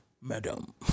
madam